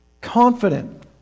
confident